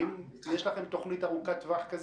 האם יש לכם תוכנית ארוכת טווח כזאת?